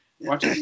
Watch